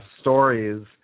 stories